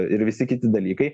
ir visi kiti dalykai